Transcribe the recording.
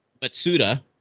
Matsuda